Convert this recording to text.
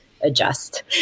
adjust